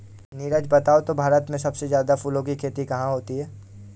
नीरज बताओ तो भारत में सबसे ज्यादा फूलों की खेती कहां होती है?